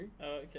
okay